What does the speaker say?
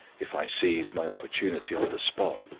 if i seized my opportunity on the spot.